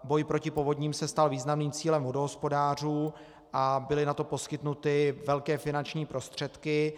Boj proti povodním se stal významným cílem vodohospodářů a byly na to poskytnuty velké finanční prostředky.